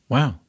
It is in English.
Wow